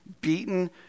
beaten